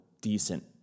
decent